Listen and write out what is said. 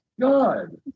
God